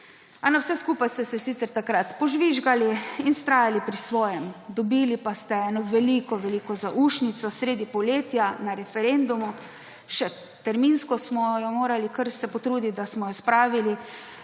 A na vse skupaj ste se sicer takrat požvižgali in vztrajali pri svojem, dobili pa ste eno veliko veliko zaušnico sredi poletja na referendumu. Še terminsko smo se morali kar potruditi, da smo jo spravili